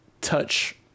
touch